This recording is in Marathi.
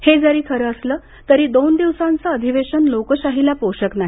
हे खरं असलं तरी दोन दिवसाचं अधिवेशन लोकशाहीला पोषक नाही